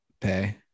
pay